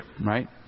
right